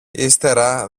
ύστερα